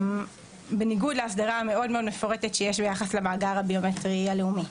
בניגוד להסדרה המאוד-מאוד מפורטת שיש ביחס למאגר הביומטרי הלאומי.